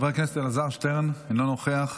חבר הכנסת אלעזר שטרן, אינו נוכח,